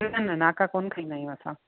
न न नाका कोन्ह खाईंदा आहियूं असां